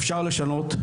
אפשר לשנות,